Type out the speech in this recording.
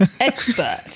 expert